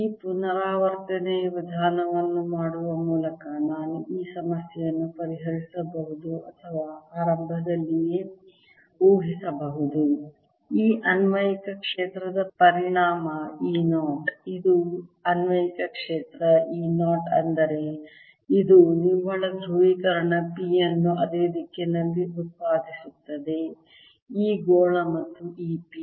ಈ ಪುನರಾವರ್ತನೆಯ ವಿಧಾನವನ್ನು ಮಾಡುವ ಮೂಲಕ ನಾನು ಈ ಸಮಸ್ಯೆಯನ್ನು ಪರಿಹರಿಸಬಹುದು ಅಥವಾ ಆರಂಭದಲ್ಲಿಯೇ ಊಹಿಸಬಹುದು ಈ ಅನ್ವಯಿಕ ಕ್ಷೇತ್ರದ ಪರಿಣಾಮ E 0 ಇದು ಅನ್ವಯಿಕ ಕ್ಷೇತ್ರ E 0 ಅಂದರೆ ಇದು ನಿವ್ವಳ ಧ್ರುವೀಕರಣ P ಅನ್ನು ಅದೇ ದಿಕ್ಕಿನಲ್ಲಿ ಉತ್ಪಾದಿಸುತ್ತದೆ ಈ ಗೋಳ ಮತ್ತು ಈ ಪಿ